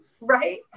Right